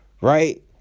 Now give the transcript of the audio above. Right